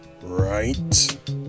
right